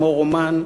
כמו רומן,